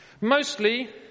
Mostly